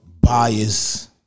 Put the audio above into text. bias